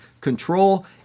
control